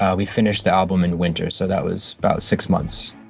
ah we finished the album in winter, so that was about six months.